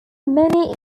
many